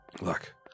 Look